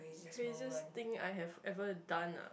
craziest thing I have ever done ah